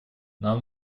нам